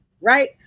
right